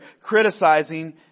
criticizing